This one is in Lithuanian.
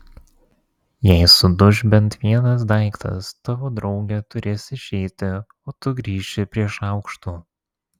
jei suduš bent vienas daiktas tavo draugė turės išeiti o tu grįši prie šaukštų